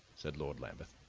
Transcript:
said lord lambeth.